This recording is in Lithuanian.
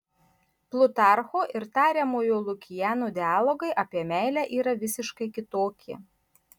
plutarcho ir tariamojo lukiano dialogai apie meilę yra visiškai kitokie